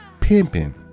pimping